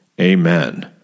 Amen